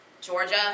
Georgia